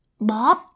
Bob